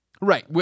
right